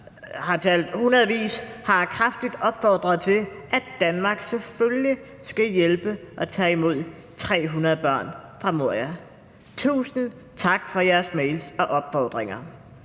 har talt det til, hvor der kraftigt opfordres til, at Danmark selvfølgelig skal hjælpe og tage imod 300 børn fra Moria. Tusind tak for jeres mails og opfordringer.